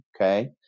Okay